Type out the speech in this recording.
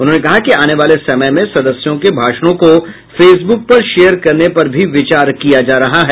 उन्होंने कहा कि आने वाले समय में सदस्यों के भाषणों को फेसब्रक पर शेयर करने पर भी विचार किया जा रहा है